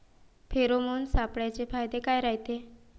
Pheromone सापळ्याचे फायदे काय रायते?